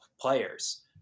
players